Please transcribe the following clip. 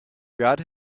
god